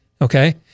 Okay